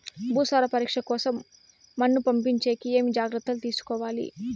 భూసార పరీక్ష కోసం మన్ను పంపించేకి ఏమి జాగ్రత్తలు తీసుకోవాలి?